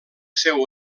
seu